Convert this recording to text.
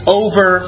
over